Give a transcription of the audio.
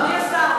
אדוני השר,